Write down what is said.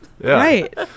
Right